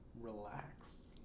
relax